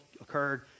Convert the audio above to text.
occurred